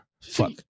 Fuck